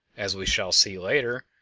as we shall see later,